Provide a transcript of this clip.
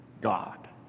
God